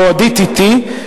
או DTT,